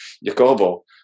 Jacobo